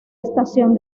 estación